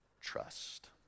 trust